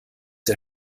der